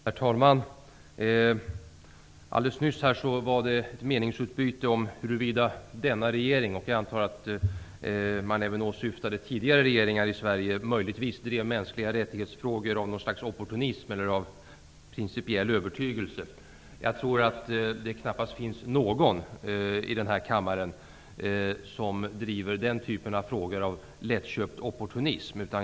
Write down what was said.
Herr talman! Alldeles nyss var det ett meningsutbyte om huruvida regeringen möjligtvis driver frågor om mänskliga rättigheter av opportunistiska skäl mer än av principiell övertygelse. Jag antar att man även åsyftade tidigare regeringar i Sverige. Jag tror att det knappast finns någon i denna kammare som driver den typen av frågor som ett uttryck för lättköpt opportunism.